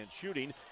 shooting